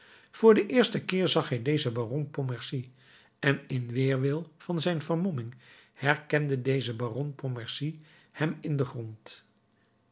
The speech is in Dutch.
voor den eersten keer zag hij dezen baron pontmercy en in weerwil van zijn vermomming herkende deze baron pontmercy hem in den grond